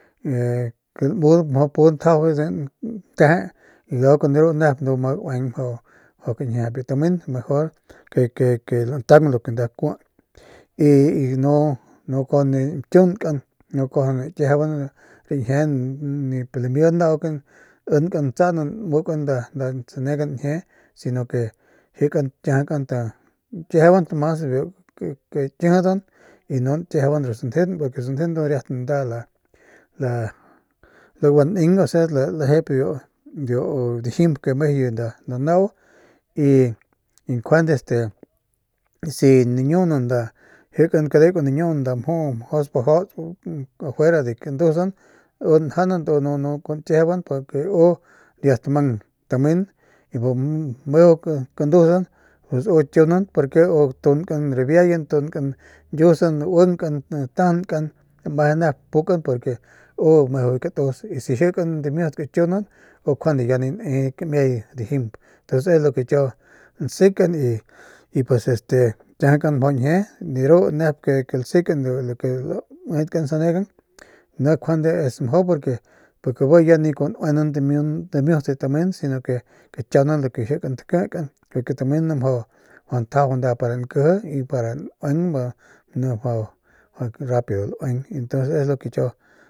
Ke lamumjau pu ntjajau pa nteje y luego kun de ru nep ndu njau ma gaueng mjau kañjiejep biu tamen mejor ke ke lantaung lu ke nda kui y nu kuaju nañkiunkan nu kuaju nakiejeyban rañjie nip lame nau ke ninkan ntsanan nmukan nda sanegan njie si no ke gakiajakan kiejeybant mas a biu kakijidan nu nakiejeyban ru sanjeun porque ru sanjeun ndu riat nda la lagua nens osea lalejep biu dijimp ke mejuye nda nau y njuande este si nañuunan nda jikan kadeukan si nañiunan nda mjuu mjau spajauts afuera de kandusan u njanat u nu nu nakiejeyban porque u riat mang tamen bu meju kandusan u kiunant porque u tunkan ribiayan tunkan ñkiusan uinkan tajankan meje nep pukan purke u meju biu katus purke si jikan dimiut kakiunan u njuande ya ni ne kamiay dijimp pues es lo que kiau lasekan y pues este gakiajakant mjau ñjie de ru ke lasekan de ru ke lauedkan sanegan ni njuande es mjau porque bi ya ni nuenan dimiut biu tamen si no ke kakiaunan lu ke jikan takikan porque biu tamen ni mjau tjajau para que nda nkiji y para nueng bi ni mjau rapido laueng y entonces es lo que kiau.